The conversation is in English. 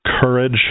courage